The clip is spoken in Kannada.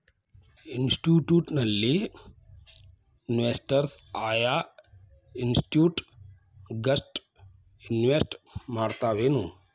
ಇನ್ಸ್ಟಿಟ್ಯೂಷ್ನಲಿನ್ವೆಸ್ಟರ್ಸ್ ಆಯಾ ಇನ್ಸ್ಟಿಟ್ಯೂಟ್ ಗಷ್ಟ ಇನ್ವೆಸ್ಟ್ ಮಾಡ್ತಾವೆನ್?